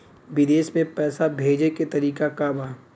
विदेश में पैसा भेजे के तरीका का बा?